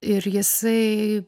ir jisai